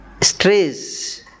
Stress